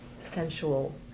sensual